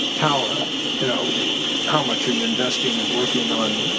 how ah you know how much are you investing and working on